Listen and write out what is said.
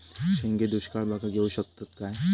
शेंगे दुष्काळ भागाक येऊ शकतत काय?